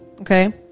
Okay